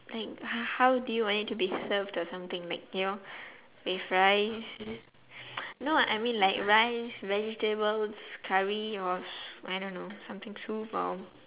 like h~ how do you want it to be served or something like you know with rice no I mean like rice vegetables curry or I don't know something soup or